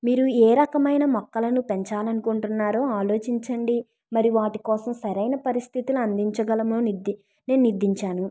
మీరు ఏ రకమైన మొక్కలను పెంచాలనుకుంటున్నారో ఆలోచించండి మరి వాటి కోసం సరైన పరిస్థితిని అందించగలమా నిధి నేను నిర్దించాను